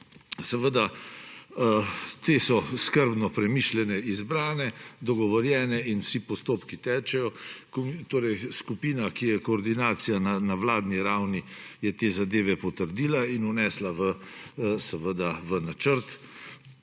Seveda, te so skrbno premišljene, izbrane, dogovorjene in vsi postopki tečejo. Torej, skupina, ki je koordinacija na vladni ravni, je te zadeve potrdila in vnesla v načrt